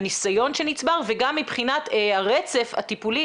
הניסיון שנצבר וגם מבחינת הרצף הטיפולי